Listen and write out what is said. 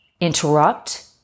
interrupt